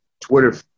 Twitter